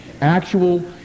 actual